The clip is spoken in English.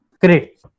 Great